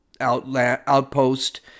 outpost